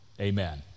Amen